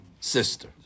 sister